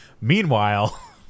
Meanwhile